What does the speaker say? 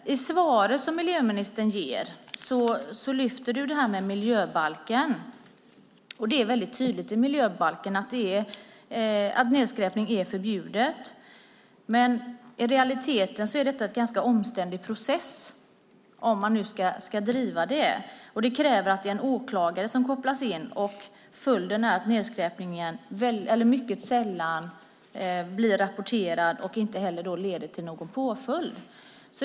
I svaret du ger, miljöministern, lyfter du fram miljöbalken. Det är väldigt tydligt i miljöbalken att nedskräpning är förbjudet, men i realiteten är detta en ganska omständlig process om det nu ska drivas. Det kräver att en åklagare kopplas in. Följden är att nedskräpningen mycket sällan blir rapporterad och därigenom leder till någon påföljd.